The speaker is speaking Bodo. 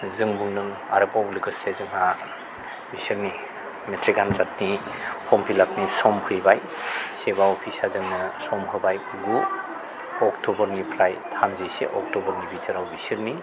जों बुंदों आरोबाव लोगोसे जोंहा बिसोरनि मेट्रिक आनजादनि फर्म फिलआपनि सम फैबाय सेबा अफिसआ जोंनो सम होबाय गु अक्ट'बरनिफ्राय थामजिसे अक्ट'बरनि भिटोराव बिसोरनि